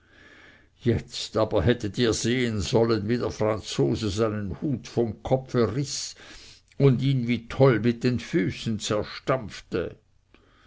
jetzt aber hättet ihr sehen sollen wie der franzose seinen hut vom kopfe riß und ihn wie toll mit den füßen